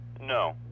No